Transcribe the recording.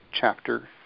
chapter